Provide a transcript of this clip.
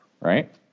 right